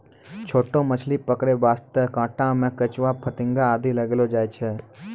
छोटो मछली पकड़ै वास्तॅ कांटा मॅ केंचुआ, फतिंगा आदि लगैलो जाय छै